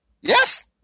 Yes